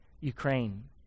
Ukraine